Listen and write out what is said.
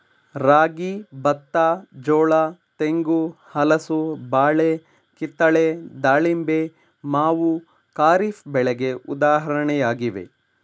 ರಾಗಿ, ಬತ್ತ, ಜೋಳ, ತೆಂಗು, ಹಲಸು, ಬಾಳೆ, ಕಿತ್ತಳೆ, ದಾಳಿಂಬೆ, ಮಾವು ಖಾರಿಫ್ ಬೆಳೆಗೆ ಉದಾಹರಣೆಯಾಗಿವೆ